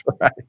right